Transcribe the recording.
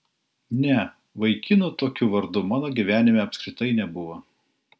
ne vaikinų tokiu vardu mano gyvenime apskritai nebuvo